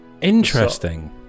interesting